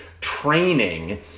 training